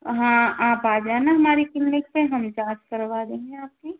हाँ आप आ जाना हमारे क्लिनिक पे हम जाँच करवा देंगे आपकी